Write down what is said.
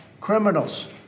criminals